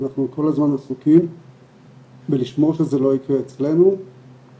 אנחנו כל הזמן עסוקים בלשמור שזה לא יקרה אצלנו ואנחנו